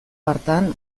hartan